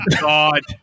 God